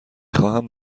خواهم